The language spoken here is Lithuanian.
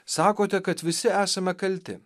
sakote kad visi esame kalti